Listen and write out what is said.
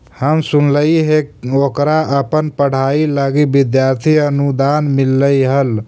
हम सुनलिइ हे ओकरा अपन पढ़ाई लागी विद्यार्थी अनुदान मिल्लई हल